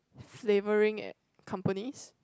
flavouring companies